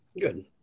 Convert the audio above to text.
Good